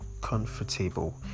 comfortable